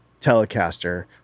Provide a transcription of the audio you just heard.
Telecaster